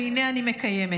והינה אני מקיימת.